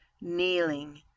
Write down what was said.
kneeling